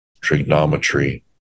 trigonometry